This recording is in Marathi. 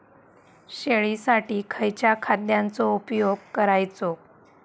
शेळीसाठी खयच्या खाद्यांचो उपयोग करायचो?